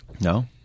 No